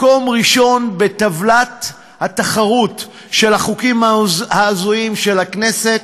מקום ראשון בטבלת התחרות של החוקים ההזויים של הכנסת: